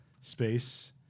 space